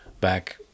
back